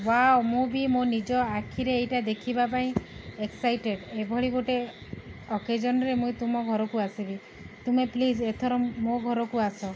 wow ମୁଁ ବି ମୋ ନିଜ ଆଖିରେ ଏଇଟା ଦେଖିବା ପାଇଁ ଏକ୍ସାଇଟେଡ଼୍ ଏଭଳି ଗୋଟେ ଅକେଜନ୍ରେ ମୁଁ ତୁମ ଘରକୁ ଆସିବି ତୁମେ ପ୍ଲିଜ୍ ଏଥର ମୋ ଘରକୁ ଆସ